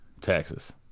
Texas